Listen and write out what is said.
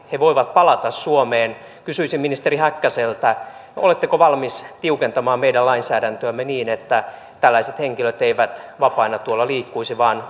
he voivat palata suomeen kysyisin ministeri häkkäseltä oletteko valmis tiukentamaan meidän lainsäädäntöämme niin että tällaiset henkilöt eivät vapaina tuolla liikkuisi vaan